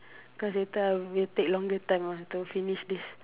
because later we'll take longer time ah to finish this